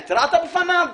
התרעת בפניו?